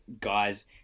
guys